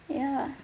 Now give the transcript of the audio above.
ya